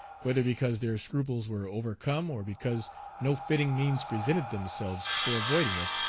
whether because their scruples were overcome or because no fitting means presented themselves for avoiding it,